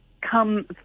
come